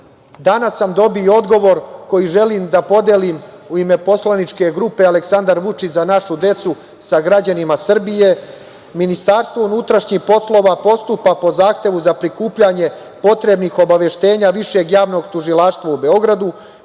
Danas sam dobio odgovor koji želim da podelim u ime poslaničke grupe „Aleksandar Vučić – Za našu decu“ sa građanima Srbije.„Ministarstvo unutrašnjih poslova postupa po zahtevu za prikupljanje potrebnih obaveštenja Višeg javnog tužilaštva u Beogradu